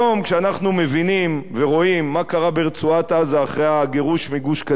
כשאנחנו מבינים ורואים מה קרה ברצועת-עזה אחרי הגירוש מגוש-קטיף,